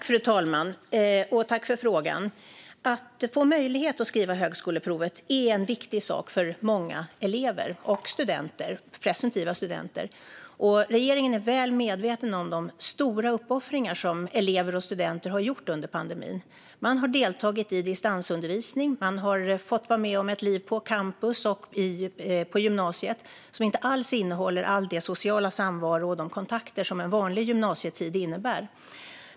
Fru talman! Att få möjlighet att skriva högskoleprovet är en viktig sak för många elever och presumtiva studenter. Regeringen är väl medveten om de stora uppoffringar som elever och studenter har gjort under pandemin. Man har deltagit i distansundervisning, man har fått vara med om ett liv på campus och på gymnasiet som inte alls innehåller all den sociala samvaro och de kontakter som en vanlig gymnasietid innebär.